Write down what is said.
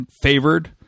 favored